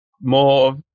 more